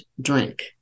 drink